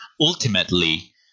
ultimately